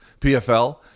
PFL